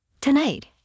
Tonight